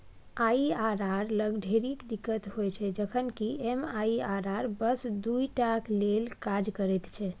IRR लग ढेरिक दिक्कत होइत छै जखन कि एम.आई.आर.आर बस दुइ टाक लेल काज करैत छै